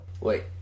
Wait